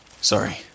Sorry